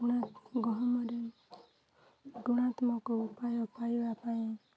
ଗୁଣ ଗହମରେ ଗୁଣାତ୍ମକ ଉପାୟ ପାଇବା ପାଇଁ